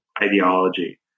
ideology